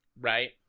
Right